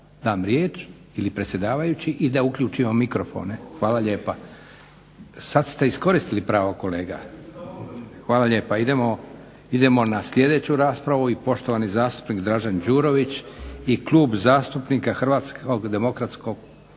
dam riječ ili predsjedavajući i da uključimo mikrofone. Hvala lijepa. Sad ste iskoristili pravo kolega. … /Upadica se ne razumije./… Hvala lijepa. Idemo na sljedeću raspravu i poštovani zastupnik Dražen Đurović i Klub zastupnika HDSSB-a. Izvolite.